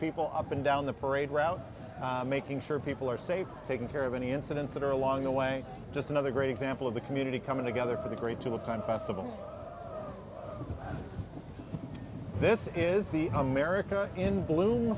people up and down the parade route making sure people are safe taking care of any incidents that are along the way just another great example of the community coming together for the great to the time festival this is the america in bl